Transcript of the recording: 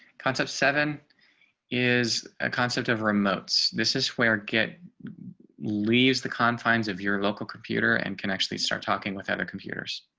concept seven is a concept of remotes. this is where get leaves the confines of your local computer and can actually start talking with other computers.